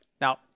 Now